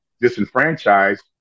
disenfranchised